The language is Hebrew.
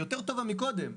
היא יותר טובה מקודם,